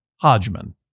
Hodgman